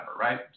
Right